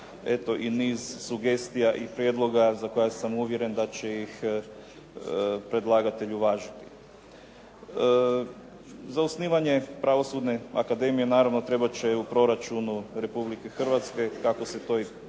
eto i niz sugestija i prijedloga za koja sam uvjeren da će ih predlagatelj uvažiti. Za osnivanje Pravosudne akademije naravno trebat će u proračunu Republike Hrvatske kako se to i predviđa